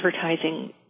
advertising